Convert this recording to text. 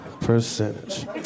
percentage